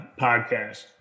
podcast